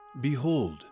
Behold